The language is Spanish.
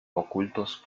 ocultos